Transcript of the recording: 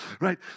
Right